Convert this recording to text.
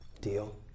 Deal